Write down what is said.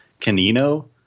Canino